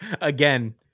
Again